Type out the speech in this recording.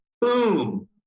boom